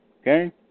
okay